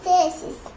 esses